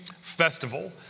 festival